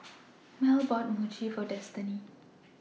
Mell bought Mochi For Destiny